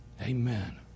Amen